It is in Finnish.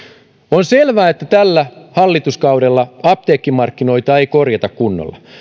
on selvää että tällä hallituskaudella apteekkimarkkinoita ei korjata kunnolla